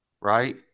Right